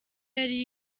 yari